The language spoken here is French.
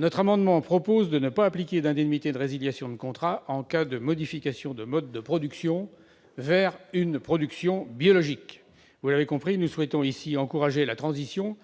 cet amendement, nous proposons de ne pas appliquer d'indemnité de résiliation de contrat en cas de modification du mode de production vers une production biologique. Vous l'avez compris, mes chers collègues, nous souhaitons encourager la transition